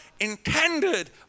intended